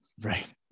Right